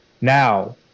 Now